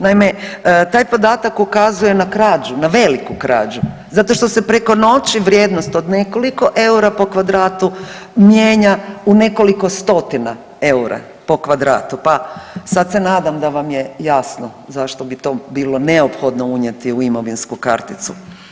Naime, taj podatak ukazuje na krađu, na veliku krađu zato što se preko noći vrijednost od nekoliko eura po kvadratu mijenja u nekoliko stotina eura po kvadratu, pa sad se nadam da vam je jasno zašto bi to bilo neophodno unijeti u imovinsku karticu.